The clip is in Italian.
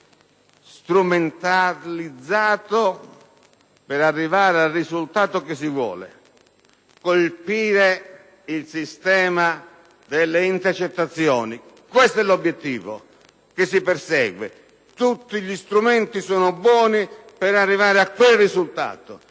strumentalizzato per arrivare al risultato che si vuole. Colpire il sistema delle intercettazioni: questo è l'obiettivo che si persegue; tutti gli strumenti sono buoni per arrivare a quel risultato,